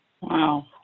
Wow